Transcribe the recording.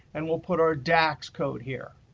and we'll put our dax code here.